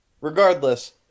Regardless